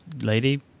lady